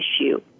issue